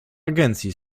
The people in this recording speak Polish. agencji